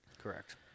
Correct